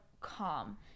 calm